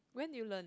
when you learn